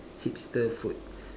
hipster foods